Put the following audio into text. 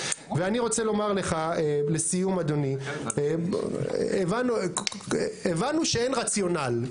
אני רוצה לומר לך לסיום, אדוני, הבנו שאין רציונל.